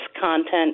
content